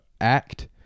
act